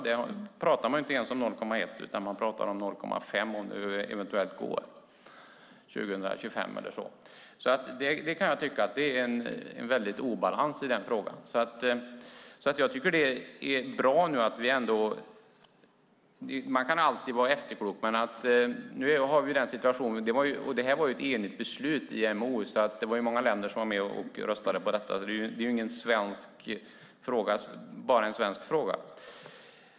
Där talar man inte ens om 0,1 utan man talar om eventuellt 0,5 år 2025 om det är möjligt. Det kan jag alltså tycka är en väldig obalans i frågan. Man kan alltid vara efterklok, men nu har vi denna situation. Detta var ett enigt beslut i IMO, så det var många länder som var med och röstade på detta. Det är alltså inte bara en svensk fråga.